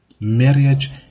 marriage